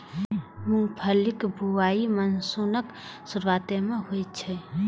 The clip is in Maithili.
मूंगफलीक बुआई मानसूनक शुरुआते मे होइ छै